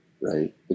Right